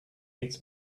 its